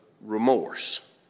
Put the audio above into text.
remorse